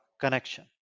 connection